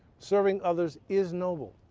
serving others is noble.